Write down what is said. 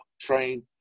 train